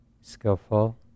skillful